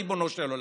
ריבונו של עולם.